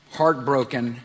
heartbroken